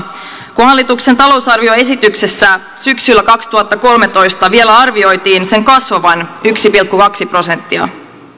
kun hallituksen talousarvioesityksessä syksyllä kaksituhattakolmetoista vielä arvioitiin sen kasvavan yksi pilkku kaksi prosenttia